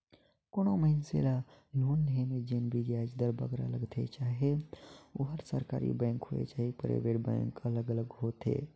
कोनो मइनसे ल लोन लोहे में जेन बियाज दर बगरा लगथे चहे ओहर सरकारी बेंक होए चहे पराइबेट बेंक अलग अलग होथे